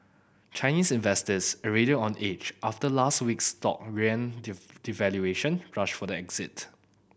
Chinese investors already on edge after last week's shock yuan devaluation rushed for the exit